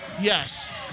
yes